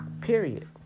period